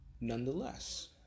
nonetheless